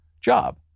job